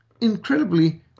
incredibly